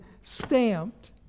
stamped